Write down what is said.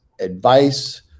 advice